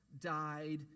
died